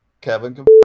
Kevin